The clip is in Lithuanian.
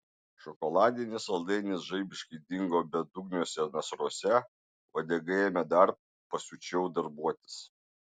šokoladinis saldainis žaibiškai dingo bedugniuose nasruose uodega ėmė dar pasiučiau darbuotis